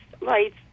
lights